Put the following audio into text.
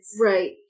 Right